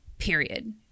Period